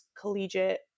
collegiate